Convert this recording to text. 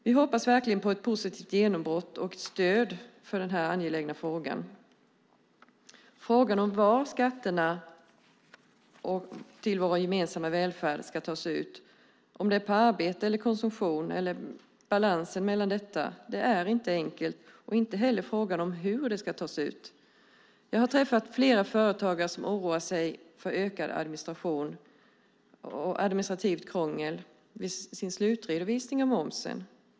Vi hoppas verkligen på ett positivt genombrott och på ett stöd i den här angelägna frågan. Frågan om var skatterna till vår gemensamma välfärd ska tas ut - på arbete eller konsumtion eller på balansen däremellan - är inte enkel, inte heller frågan om hur skatterna ska tas ut. Jag har träffat flera företagare som oroar sig för ett ökat administrativt krångel vid sin slutredovisning av momsen.